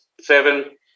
Seven